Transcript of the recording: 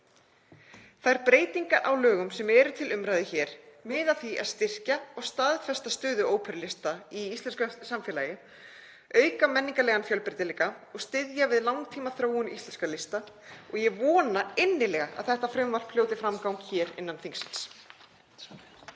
Þær breytingar á lögum sem eru til umræðu hér miða að því að styrkja og staðfesta stöðu óperulistar í íslensku samfélagi, auka menningarlegan fjölbreytileika og styðja við langtímaþróun íslenskra lista og ég vona innilega að þetta frumvarp hljóti framgang innan þingsins.